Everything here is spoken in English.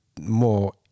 more